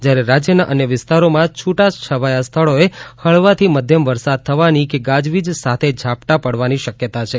જ્યારે રાજ્યના અન્ય વિસ્તારોમાં છૂટા છવાયા સ્થળોએ હળવાથી મધ્યમ વરસાદ થવાની કે ગાજવીજ સાથે ઝાપટાં પડવાની શકયતા છે